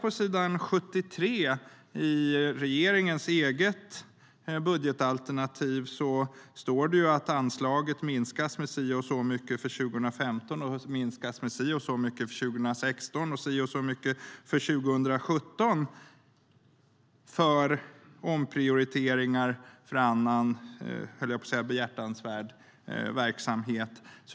På s. 73 i regeringens eget budgetalternativ står det ju att anslaget minskar med si och så mycket för 2015, si och så mycket för 2016 och si och så mycket för 2017 för omprioriteringar till annan behjärtansvärd verksamhet.